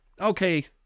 okay